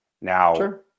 Now